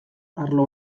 arlo